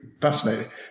fascinating